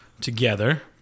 together